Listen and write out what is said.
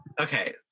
Okay